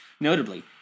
Notably